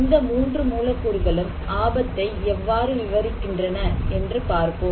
இந்த மூன்றும் மூலக்கூறுகளும் ஆபத்தை எவ்வாறு விவரிக்கின்றன என்று பார்ப்போம்